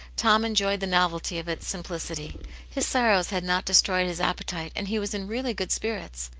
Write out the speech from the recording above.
tom enjoyed the novelty of its simplicity his sorrows had not destroyed his appe tite, and he was in really good spirits.